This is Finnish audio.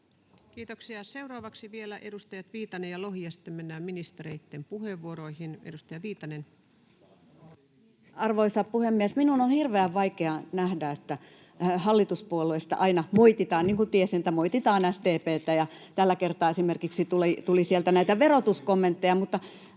Kiitoksia. — Seuraavaksi vielä edustajat Viitanen ja Lohi, ja sitten mennään ministereitten puheenvuoroihin. — Edustaja Viitanen. Arvoisa puhemies! Minun on hirveän vaikea nähdä, kun hallituspuolueista aina moititaan — niin kuin tiesin, että moititaan SDP:tä, ja tällä kertaa esimerkiksi tuli sieltä näitä verotuskommentteja.